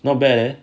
not bad leh